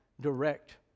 direct